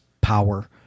power